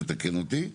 תקן אותי,